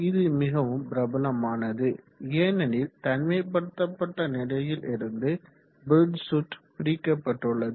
இது மிகவும் பிரபலமானது ஏனெனில் தனிமைப்படுத்தப்பட்ட நிலையில் இருந்து பிரிட்ஜ் சுற்று பிரிக்கப்பட்டுள்ளது